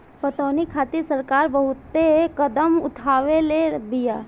पटौनी खातिर सरकार बहुते कदम उठवले बिया